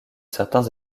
certains